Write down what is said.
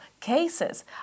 cases